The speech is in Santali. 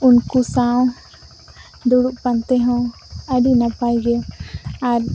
ᱩᱱᱠᱩ ᱥᱟᱶ ᱫᱩᱲᱩᱵ ᱯᱟᱱᱛᱮᱦᱚᱸ ᱟᱹᱰᱤ ᱱᱟᱯᱟᱭᱜᱮ ᱟᱨ